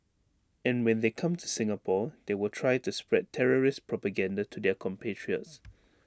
and when they come to Singapore they will try to spread terrorist propaganda to their compatriots